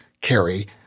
Carry